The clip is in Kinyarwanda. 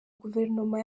guverinoma